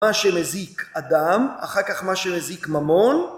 מה שמזיק אדם, אחר כך מה שמזיק ממון